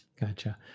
Gotcha